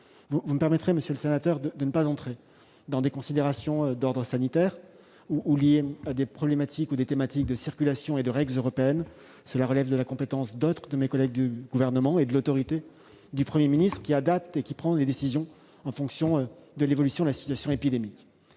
vous me permettrez de ne pas entrer dans des considérations qui seraient d'ordre sanitaire ou liées à des problématiques ou des thématiques de circulation et de règles européennes ; cela relève de la compétence d'autres de mes collègues du Gouvernement et de l'autorité du Premier ministre, lequel adapte et prend les décisions en fonction de l'évolution de la situation épidémique.